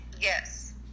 Yes